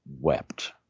wept